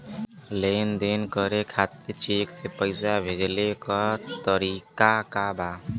लेन देन करे खातिर चेंक से पैसा भेजेले क तरीकाका बा?